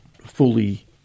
fully